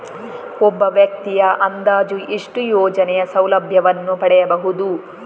ಒಬ್ಬ ವ್ಯಕ್ತಿಯು ಅಂದಾಜು ಎಷ್ಟು ಯೋಜನೆಯ ಸೌಲಭ್ಯವನ್ನು ಪಡೆಯಬಹುದು?